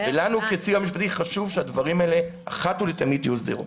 לנו כסיוע המשפטי חשוב שהדברים האלה יוסדרו אחת ולתמיד.